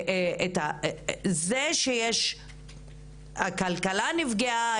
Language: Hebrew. זה שיש פגיעה והכלכלה נפגעה,